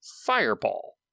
Fireball